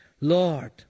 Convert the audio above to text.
Lord